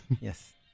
Yes